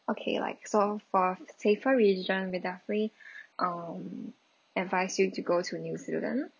okay like so for safer region with a free um advise you to go to new zealand